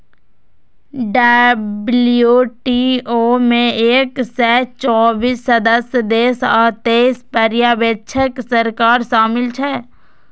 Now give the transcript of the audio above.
WTO मे एक सय चौंसठ सदस्य देश आ तेइस पर्यवेक्षक सरकार शामिल छै